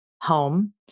home